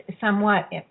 somewhat